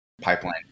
pipeline